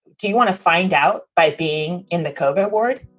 do you want to find out by being in the cogat ward?